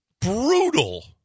brutal